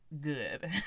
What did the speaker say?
good